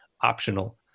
optional